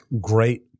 great